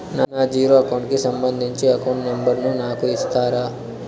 నా zero account కి సంబంధించి అకౌంట్ నెంబర్ ను నాకు ఇస్తారా